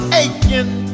aching